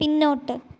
പിന്നോട്ട്